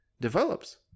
develops